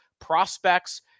prospects